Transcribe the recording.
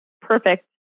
perfect